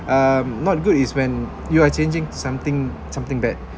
um not good is when you are changing something something bad